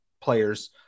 players